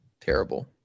Terrible